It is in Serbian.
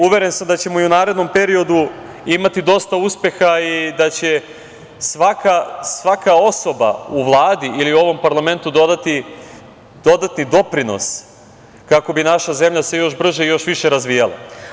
Uveren sam da ćemo i u narednom periodu imati dosta uspeha i da će svaka osoba u Vladi ili u ovom parlamentu dati dodatni doprinos kako bi naša zemlja se još brže i još više razvijala.